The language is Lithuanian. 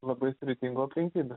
labai sudėtingų aplinkybių